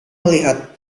melihat